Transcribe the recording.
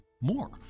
more